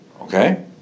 okay